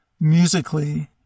musically